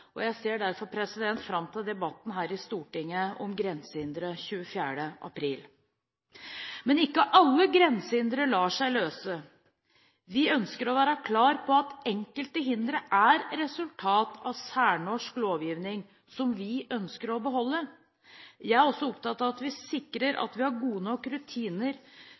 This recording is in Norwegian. og jeg ser derfor fram til debatten her i Stortinget om grensehindre 24. april. Men ikke alle grensehindre lar seg løse. Vi ønsker å være klar på at enkelte hindre er resultat av særnorsk lovgivning som vi ønsker å beholde. Jeg er også opptatt av at vi sikrer at vi har gode nok rutiner